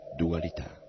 dualità